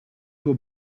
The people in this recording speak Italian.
tuo